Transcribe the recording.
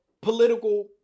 political